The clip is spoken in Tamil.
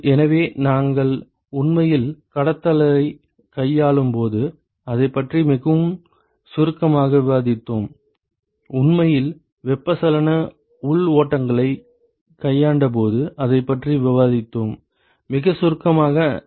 எனவே நாங்கள் உண்மையில் கடத்தலைக் கையாளும் போது அதைப் பற்றி மிகவும் சுருக்கமாக விவாதித்தோம் உண்மையில் வெப்பச்சலன உள் ஓட்டங்களைக் கையாண்டபோது அதைப் பற்றி விவாதித்தோம் மிகச் சுருக்கமாக நாங்கள் அதைச் செய்தோம்